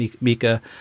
Mika